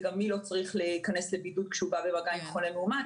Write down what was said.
זה גם מי לא צריך להיכנס לבידוד כשהוא בא במגע עם חולה מאומת,